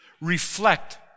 reflect